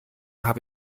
habe